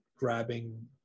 Grabbing